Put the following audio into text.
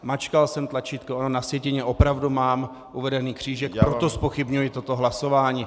Mačkal jsem tlačítko, ale na sjetině opravdu mám uveden křížek, proto zpochybňuji toto hlasování.